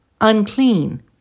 unclean